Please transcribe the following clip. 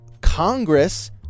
Congress